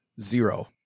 zero